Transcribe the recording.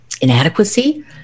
inadequacy